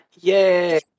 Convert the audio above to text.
Yay